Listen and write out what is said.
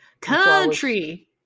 Country